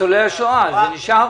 ניצולי השואה נשאר.